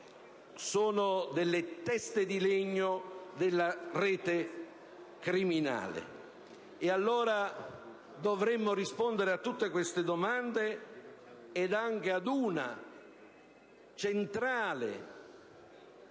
sono teste di legno della rete criminale. Allora, dovremmo rispondere a tutte queste domande, ma anche ad un'altra domanda,